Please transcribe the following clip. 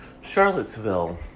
Charlottesville